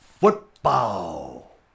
football